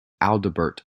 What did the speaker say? adalbert